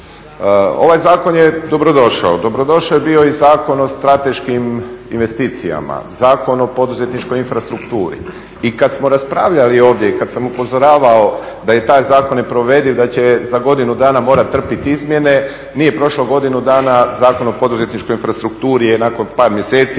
Ovaj zakon je dobrodošao, dobrodošao je bio i Zakon o strateškim investicijama, Zakon o poduzetničkoj infrastrukturi i kad smo raspravljali ovdje i kad sam upozoravao da je taj zakon neprovediv, da će za godinu dana morat trpit izmjene, nije prošlo godinu dana Zakon o poduzetničkoj infrastrukturi je nakon par mjeseci